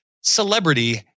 celebrity